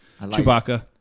Chewbacca